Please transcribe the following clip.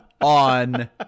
on